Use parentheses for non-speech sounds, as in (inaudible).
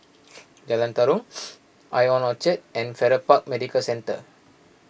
(noise) Jalan Tarum (noise) I O N Orchard and Farrer Park Medical Centre